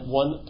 one